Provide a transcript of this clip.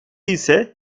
ise